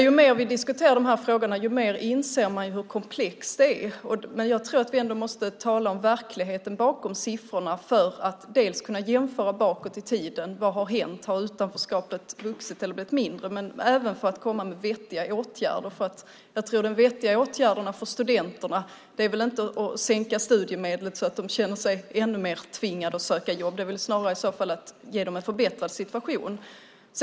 Ju mer vi diskuterar frågorna, desto mer inser man hur komplexa de är. Jag tror att vi ändå måste tala om verkligheten bakom siffrorna för att kunna jämföra bakåt i tiden och se vad som har hänt. Har utanförskapet vuxit eller blivit mindre? Men det handlar även om att komma med vettiga åtgärder. Jag tror inte att de vettiga åtgärderna för studenterna är att sänka studiemedlet så att de känner sig ännu mer tvingade att söka jobb. Det är väl i så fall snarare att ge dem en förbättrad situation.